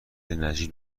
نجیب